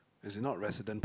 as in not residents